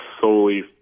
solely